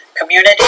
community